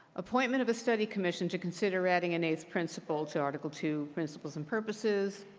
appointment of a study commission to consider adding an eighth principle to article two, principles and purposes.